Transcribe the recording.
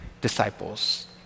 disciples